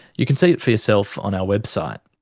you can see it for yourself on our website.